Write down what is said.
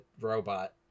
robot